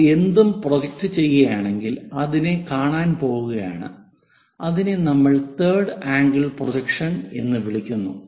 നമ്മൾ എന്തും പ്രൊജക്റ്റ് ചെയ്യുകയാണെങ്കിൽ അതിനെ കാണാൻ പോകുകയാണ് അതിനെ നമ്മൾ തേർഡ് ആംഗിൾ പ്രൊജക്ഷൻ എന്ന് വിളിക്കുന്നത്